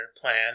plan